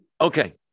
Okay